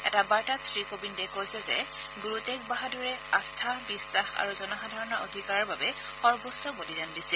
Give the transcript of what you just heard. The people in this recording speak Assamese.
এটা বাৰ্তাত শ্ৰীকোবিন্দে কৈছে যে গুৰু টেগ বাহাদুৰে আস্থা বিশ্বাস আৰু জনসাধাৰণৰ অধিকাৰৰ বাবে সৰ্বোচ্চ বলিদান দিছিল